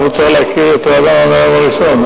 והוא צריך להכיר את רעננה מהיום הראשון,